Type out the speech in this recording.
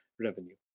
revenue